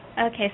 Okay